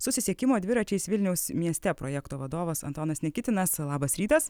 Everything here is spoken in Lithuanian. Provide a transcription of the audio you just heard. susisiekimo dviračiais vilniaus mieste projekto vadovas antanas nikitinas labas rytas